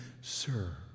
Sir